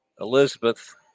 Elizabeth